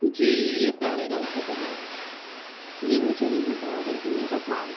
جی یہ Paradise hotel ہے جی مجھے یہاں پہ آرڈر کرنے کا تھا